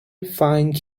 find